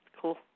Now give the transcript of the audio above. cool